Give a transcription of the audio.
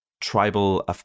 tribal